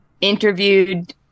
interviewed